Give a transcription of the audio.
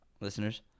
listeners